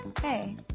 Hey